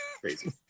crazy